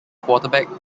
quarterback